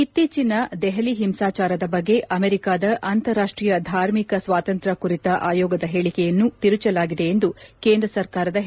ಇತ್ತೀಚಿನ ದೆಹಲಿ ಹಿಂಸಾಚಾರದ ಬಗ್ಗೆ ಅಮೆರಿಕಾದ ಅಂತಾರಾಷ್ಷೀಯ ಧಾರ್ಮಿಕ ಸ್ವಾತಂತ್ರ್ಯ ಕುರಿತ ಆಯೋಗದ ಹೇಳಿಕೆಗಳನ್ನು ತಿರುಚಲಾಗಿದೆ ಎಂದು ಕೇಂದ್ರ ಸರ್ಕಾರದ ಹೇಳಿಕೆ